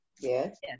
Yes